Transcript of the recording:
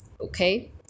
okay